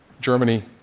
Germany